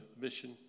Mission